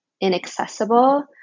inaccessible